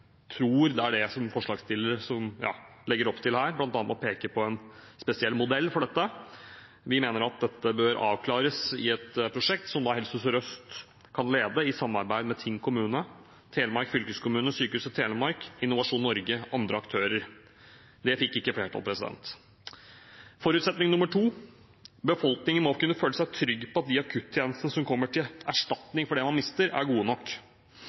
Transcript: tror at forslagsstiller legger opp til her, bl.a. ved å peke på en spesiell modell for dette. Vi mener at dette bør avklares i et prosjekt som Helse Sør-Øst kan lede i samarbeid med Tinn kommune, Telemark fylkeskommune, Sykehuset Telemark, Innovasjon Norge og andre aktører. Det fikk ikke flertall. Forutsetning nummer to: Befolkningen må kunne føle seg trygg på at de akuttjenestene som erstatter dem man har mistet, er gode nok.